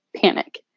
panic